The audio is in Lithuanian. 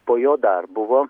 po jo dar buvo